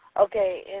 Okay